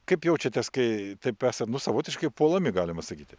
kaip jaučiatės kai taip esat nu savotiškai puolami galima sakyti